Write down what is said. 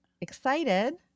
excited